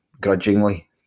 grudgingly